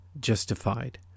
justified